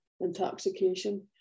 intoxication